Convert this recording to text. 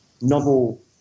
novel